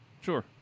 Sure